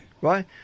Right